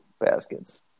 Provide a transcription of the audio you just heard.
baskets